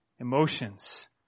emotions